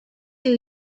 two